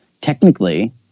technically